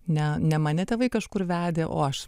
ne ne mane tėvai kažkur vedė o aš